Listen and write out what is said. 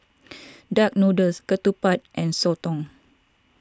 Duck Noodles Ketupat and Soto